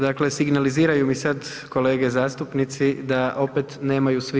Dakle, signaliziraju mi sad kolege zastupnici da opet nemaju svi